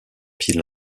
pile